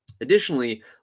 Additionally